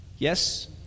Yes